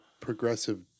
progressive